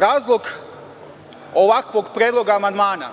Razlog ovakvog predloga amandmana